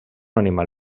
animal